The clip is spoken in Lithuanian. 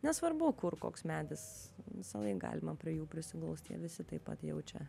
nesvarbu kur koks medis visąlaik galima prie jų prisiglaust jie visi taip pat jaučia